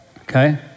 Okay